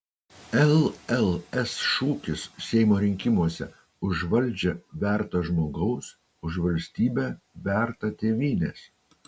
lls šūkis seimo rinkimuose už valdžią vertą žmogaus už valstybę vertą tėvynės